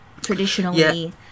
Traditionally